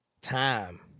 Time